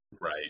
Right